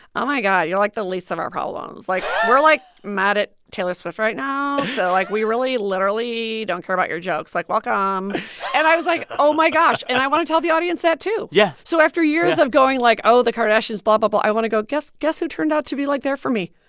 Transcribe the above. oh, my god, you're, like, the least of our problems. like, we're, like, mad at taylor swift right now, so, like, we really literally don't care about your jokes. like, welcome. um and i was like, oh, my gosh. and i want to tell the audience that, too yeah so after years of going like oh, the kardashians blah, but blah, blah, i want to go, guess guess who turned out to be, like, there for me.